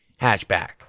hatchback